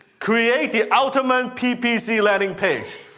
create the ultimate ppc landing page.